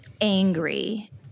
angry